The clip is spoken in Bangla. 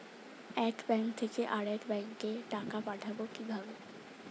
এক ব্যাংক থেকে আরেক ব্যাংকে টাকা পাঠাবো কিভাবে?